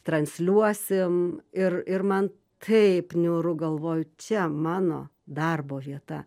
transliuosim ir ir man taip niūru galvoju čia mano darbo vieta